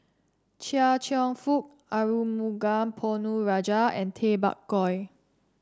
Chia Cheong Fook Arumugam Ponnu Rajah and Tay Bak Koi